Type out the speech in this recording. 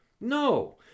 No